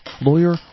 lawyer